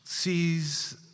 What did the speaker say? sees